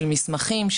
של מסמכים,